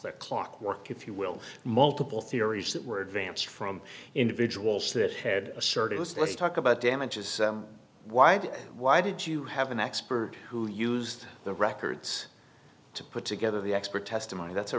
clock work if you will multiple theories that were advanced from individuals that had a certain list let's talk about damages why the why did you have an expert who used the records to put together the expert testimony that's a